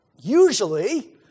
Usually